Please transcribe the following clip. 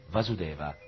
Vasudeva